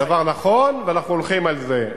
זה דבר נכון, ואנחנו הולכים על זה.